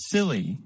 Silly